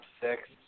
six